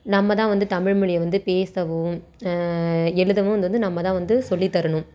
நம்மதான் வந்து தமிழ்மொழியை வந்து பேசவும் எழுதவும் அதை வந்து நம்மதான் வந்து சொல்லித் தரணும்